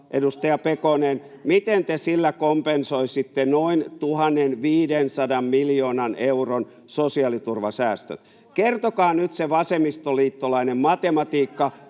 Pekonen: Onko pakko tehdä?] kompensoisitte noin 1 500 miljoonan euron sosiaaliturvasäästöt? Kertokaa nyt se vasemmistoliittolainen matematiikka,